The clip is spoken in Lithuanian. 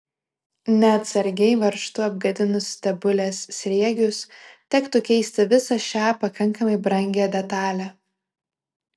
neatsargiai varžtu apgadinus stebulės sriegius tektų keisti visą šią pakankamai brangią detalę